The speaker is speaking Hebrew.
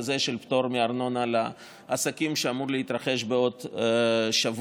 הזה של פטור מארנונה לעסקים שאמור להתרחש בעוד שבוע.